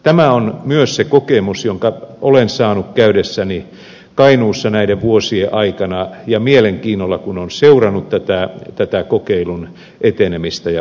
tämä on myös se kokemus jonka olen saanut käydessäni kainuussa näiden vuosien aikana ja kun olen mielenkiinnolla seurannut tätä kokeilun etenemistä ja onnistumista